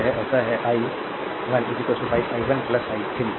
तो यह ऐसा है आई 1 5 i 1 i 3